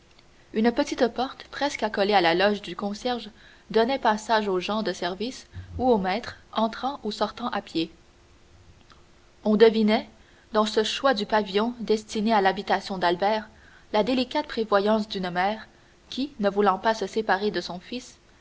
une petite porte presque accolée à la loge du concierge donnait passage aux gens de service ou aux maîtres entrant ou sortant à pied on devinait dans ce choix du pavillon destiné à l'habitation d'albert la délicate prévoyance d'une mère qui ne voulant pas se séparer de son fils